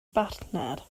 bartner